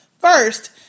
First